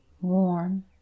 warm